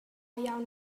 iawn